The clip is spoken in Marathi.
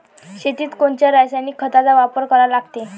शेतीत कोनच्या रासायनिक खताचा वापर करा लागते?